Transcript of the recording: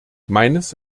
meines